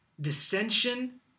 dissension